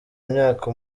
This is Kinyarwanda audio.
imyaka